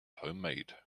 homemade